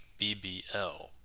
BBL